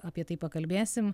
apie tai pakalbėsim